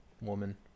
woman